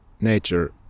nature